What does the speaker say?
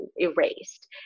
erased